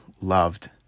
loved